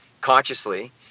consciously